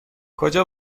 کجا